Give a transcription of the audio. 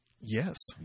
yes